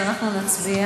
אז אנחנו נצביע.